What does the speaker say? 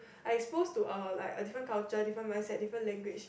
I expose to a like a different culture different mindset different language